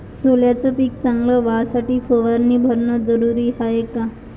सोल्याचं पिक चांगलं व्हासाठी फवारणी भरनं जरुरी हाये का?